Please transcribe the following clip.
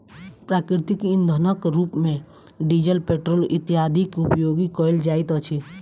प्राकृतिक इंधनक रूप मे डीजल, पेट्रोल इत्यादिक उपयोग कयल जाइत अछि